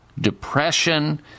depression